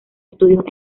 estudios